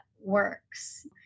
works